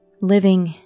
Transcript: living